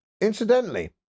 Incidentally